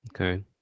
Okay